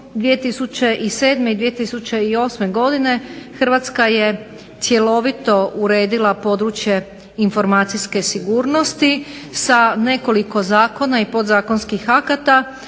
2007. i 2008. godine Hrvatska je cjelovito uredila područje informacijske sigurnosti sa nekoliko zakona i podzakonskih akata